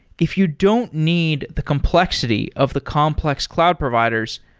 if you don't need the complexity of the complex cloud providers,